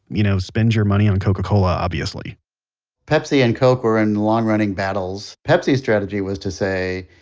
you know, spend your money on coca cola obviously pepsi and coke were in long running battles. pepsi's strategy was to say,